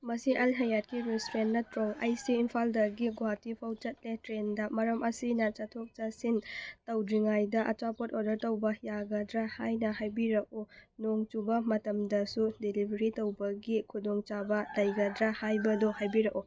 ꯃꯁꯤ ꯑꯜꯍꯌꯥꯠꯀꯤ ꯔꯦꯁꯇꯨꯔꯦꯟ ꯅꯠꯇ꯭ꯔꯣ ꯑꯩꯁꯦ ꯏꯝꯐꯥꯜꯗꯒꯤ ꯒꯨꯍꯥꯇꯤꯐꯥꯎ ꯆꯠꯂꯦ ꯇ꯭ꯔꯦꯟꯗ ꯃꯔꯝ ꯑꯁꯤꯅ ꯆꯠꯊꯣꯛ ꯆꯠꯁꯤꯟ ꯇꯧꯗ꯭ꯔꯤꯉꯩꯗ ꯑꯆꯥꯄꯣꯠ ꯑꯣꯔꯗꯔ ꯇꯧꯕ ꯌꯥꯒꯗ꯭ꯔꯥ ꯍꯥꯏꯅ ꯍꯥꯏꯕꯤꯔꯛꯎ ꯅꯣꯡ ꯆꯨꯕ ꯃꯇꯝꯗꯁꯨ ꯗꯦꯂꯤꯚꯔꯤ ꯇꯧꯕꯒꯤ ꯈꯨꯗꯣꯡꯆꯥꯕ ꯂꯩꯒꯗ꯭ꯔꯥ ꯍꯥꯏꯕꯗꯣ ꯍꯥꯏꯕꯤꯔꯛꯑꯣ